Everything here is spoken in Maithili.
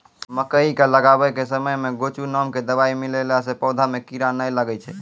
मकई के लगाबै के समय मे गोचु नाम के दवाई मिलैला से पौधा मे कीड़ा नैय लागै छै?